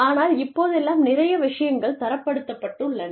ஆனால் இப்போதெல்லாம் நிறைய விஷயங்கள் தரப்படுத்தப்பட்டுள்ளன